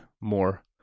more